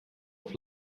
auf